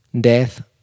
death